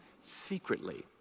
secretly